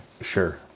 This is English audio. Sure